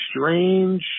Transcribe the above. strange